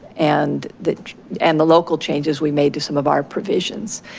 and the and the local changes we made to some of our provisions.